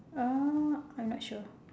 uh I am not sure